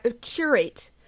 curate